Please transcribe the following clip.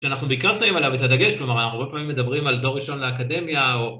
שאנחנו בעיקר שמים עליו את הדגש, כלומר, אנחנו הרבה פעמים מדברים על דור ראשון לאקדמיה